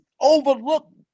overlooked